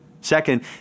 Second